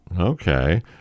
Okay